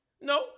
no